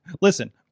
listen